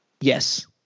Yes